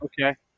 Okay